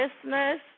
Christmas